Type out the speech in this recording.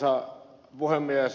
arvoisa puhemies